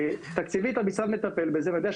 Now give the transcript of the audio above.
תקציבית המשרד מטפל בזה ואני יודע,